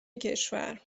کشور